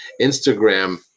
Instagram